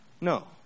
No